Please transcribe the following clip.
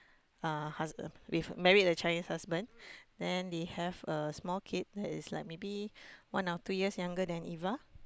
uh husband with married a Chinese husband then they have a small kid that is like maybe one or two years younger than Eva